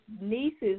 nieces